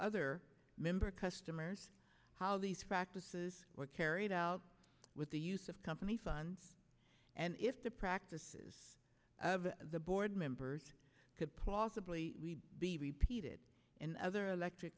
other member customers how these practices were carried out with the use of company funds and if the practices of the board members could plausibly be repeated in other electric